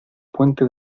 puente